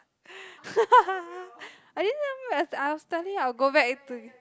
I didn't tell you I was telling you I will go back to